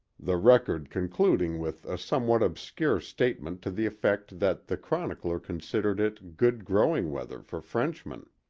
the record concluding with a somewhat obscure statement to the effect that the chronicler considered it good growing-weather for frenchmen.